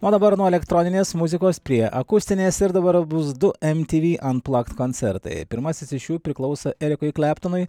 o dabar nuo elektroninės muzikos prie akustinės ir dabar bus du em ti vi an plakt koncertai pirmasis iš jų priklauso erikui kleptonui